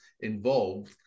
involved